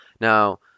Now